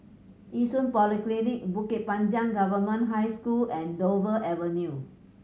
Yishun Polyclinic Bukit Panjang Government High School and Dover Avenue